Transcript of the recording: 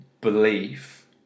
belief